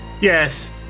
Yes